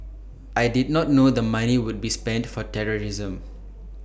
I did not know the money would be spent for terrorism